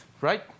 right